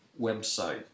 website